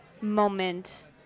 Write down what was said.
moment